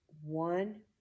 one